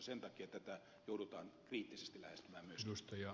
sen takia tätä joudutaan kriittisesti lähestymään myöskin